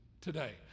today